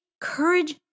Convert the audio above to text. courage